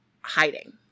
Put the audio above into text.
hiding